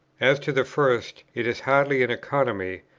as to the first, it is hardly an economy,